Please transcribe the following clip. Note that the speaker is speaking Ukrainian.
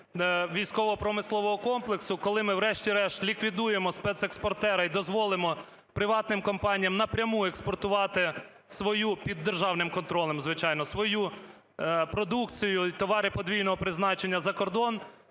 військово-промислового комплексу, коли ми врешті-решт ліквідуємо спецекспортера і дозволимо приватним компаніям напряму експортувати свою, під державним контролем, звичайно, свою продукцію і товари подвійного призначення за кордон,